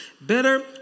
Better